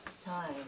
time